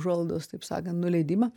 užuolaidos taip sakant nuleidimą